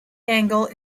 angle